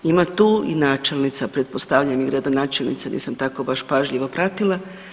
Ima tu i načelnica, pretpostavljam i gradonačelnica, nisam tako baš pažljivo pratila.